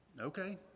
Okay